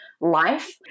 life